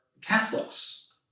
Catholics